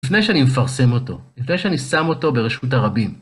לפני שאני מפרסם אותו, לפני שאני שם אותו ברשות הרבים.